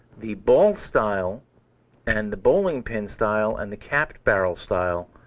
the ball style and the bowling pin style and the capped barrel style